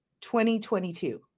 2022